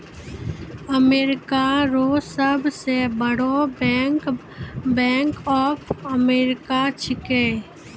America रो सब से बड़ो बैंक बैंक ऑफ अमेरिका छैकै